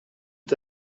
est